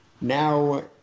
Now